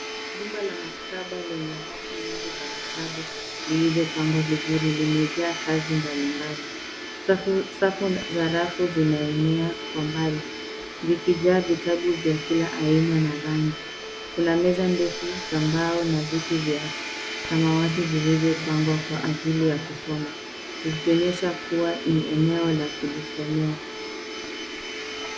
Jumba la maktaba lenye rafu nyingi za vitabu vilivyopangwa vizuri limejaa kazi mbalimbali. Safu za rafu zinaenea kwa mbali zikijaa vitabu vya kila aina na rangi. Kuna meza ndefu za mbao na viti vya samawati vilivyopangwa kwa ajili ya kusoma vikionesha kuwa ni eneo la kujisomea.